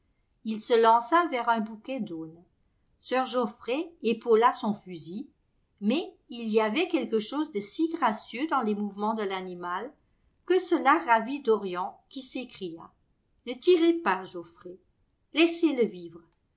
il se lança vers un bouquet d'aunes sir geoffrey épaula son fusil mais il y avait quelque chose de si gracieux dans les mouvements de l'animal que cela ravit dorian qui s'écria ne tirez pas geoffrey laissez-le vivre